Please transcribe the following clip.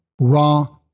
raw